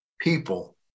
people